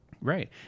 Right